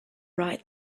right